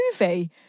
movie